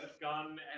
gun